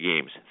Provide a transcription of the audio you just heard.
games